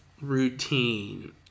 routine